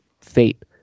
fate